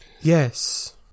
Yes